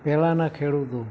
પહેલાના ખેડૂતો